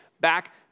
back